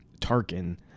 Tarkin